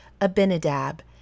Abinadab